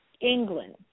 england